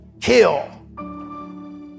kill